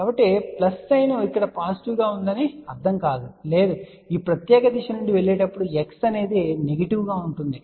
కాబట్టి plus sign ఇక్కడ positive గా ఉంటుందని అర్థం కాదు లేదు మీరు ఈ ప్రత్యేక దిశ నుండి వెళ్ళేటప్పుడు x అనేది నెగెటివ్ గా ఉంటుంది